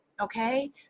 Okay